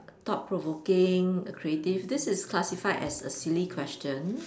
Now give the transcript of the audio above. thought provoking creative this is classified as a silly question